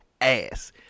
ass